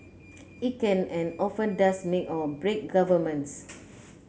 it can and often does make or break governments